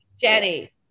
Jenny